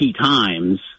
times